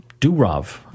Durov